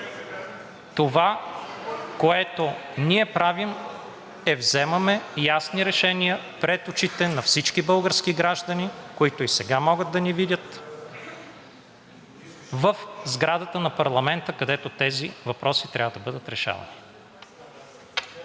Това, което ние правим, е – вземаме ясни решения пред очите на всички български граждани, които и сега могат да ни видят в сградата на парламента, където тези въпроси трябва да бъдат решавани.